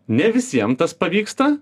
ne visiems tas pavyksta